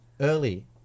early